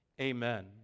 Amen